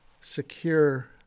secure